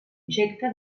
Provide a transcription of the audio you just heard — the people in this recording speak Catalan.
objecte